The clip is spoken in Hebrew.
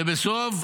לבסוף,